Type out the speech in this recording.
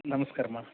ನಮ್ಸ್ಕಾರ ಅಮ್ಮ